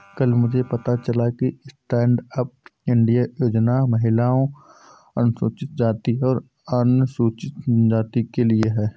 कल मुझे पता चला कि स्टैंडअप इंडिया योजना महिलाओं, अनुसूचित जाति और अनुसूचित जनजाति के लिए है